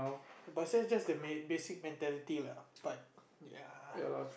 but it says just the may basic mentally lah but ya